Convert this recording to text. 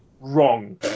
Wrong